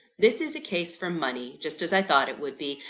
this is a case for money, just as i thought it would be.